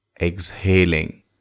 Exhaling